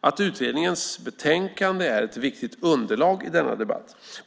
att utredningens betänkande är ett viktigt underlag i denna debatt.